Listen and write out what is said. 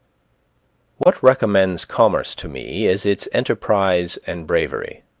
what recommends commerce to me is its enterprise and bravery.